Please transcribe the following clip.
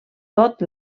tot